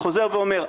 צריך להבין,